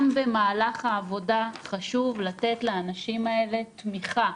גם במהלך העבודה חשוב לתת לאנשים האלה תמיכה,